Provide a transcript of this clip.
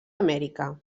amèrica